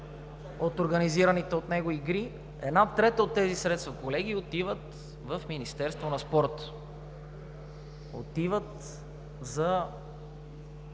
от организираните от него игри, една трета от тези средства, отиват в Министерството на спорта – отиват за